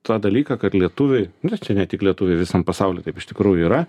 tą dalyką kad lietuviai nu čia ne tik lietuviai visam pasauly taip iš tikrųjų yra